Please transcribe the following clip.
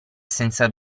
senza